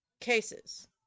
cases